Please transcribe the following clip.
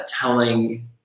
telling